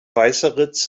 weißeritz